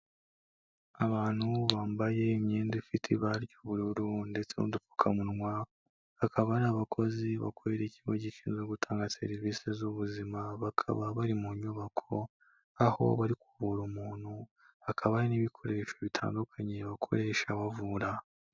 Abantu bambaye imyenda ifite ibara ry'ubururu ndetse n'udupfukamunwa bakaba ari abakozi bakorera ikigo gishinzwe gutanga serivisi z'ubuzima, bakaba bari mu nyubako aho bari kuvura umuntu hakaba hari n'ibikoresho bitandukanye bakoresha bavura.